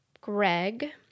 Greg